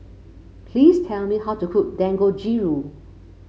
please tell me how to cook Dangojiru